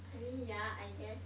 I mean yeah I guess